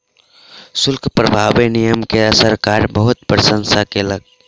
शुल्क प्रभावी नियम के सरकार बहुत प्रशंसा केलक